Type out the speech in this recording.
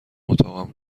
اتاقم